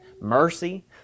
Mercy